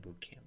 bootcamp